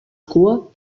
cua